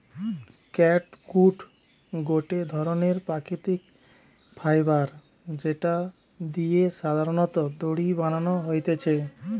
catgut গটে ধরণের প্রাকৃতিক ফাইবার যেটা দিয়ে সাধারণত দড়ি বানানো হতিছে